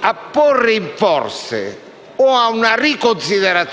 a porre in forse o a riconsiderare